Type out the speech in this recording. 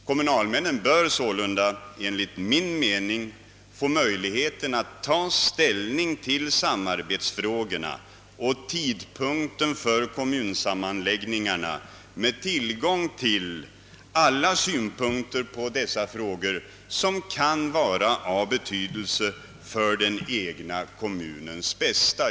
Kommunalmännen bör sålunda enligt min mening få möjlighet att ta ställning till samarbetsfrågorna och tidpunkten för kommunsammanläggningarna med tillgång till alla synpunkter på dessa frågor som kan vara av betydelse för den egna kommunens bästa.